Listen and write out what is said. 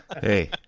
Hey